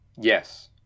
Yes